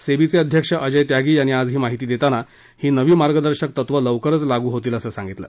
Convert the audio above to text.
सेबीचे अध्यक्ष अजय त्यागी यांनी आज ही माहिती देताना ही नवी मार्गदर्शक तत्वं लवकरच लागू होतील असं सांगितलं